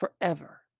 forever